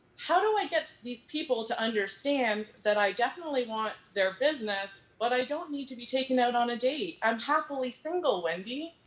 how do i get these people to understand that i definitely want their business, but i don't need to be taken out on a date? i'm happily single, wendy.